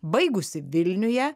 baigusi vilniuje